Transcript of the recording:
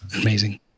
amazing